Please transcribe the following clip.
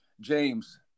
James